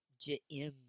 J-M